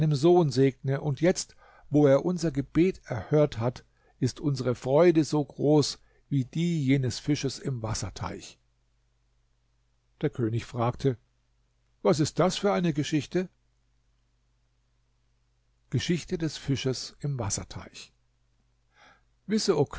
segne und jetzt wo er unser gebet gehört hat ist unsere freude so groß wie die jenes fisches im wasserteich der könig fragte was ist das für eine geschichte geschichte des fisches im wasserteich wisse